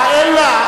אין לה.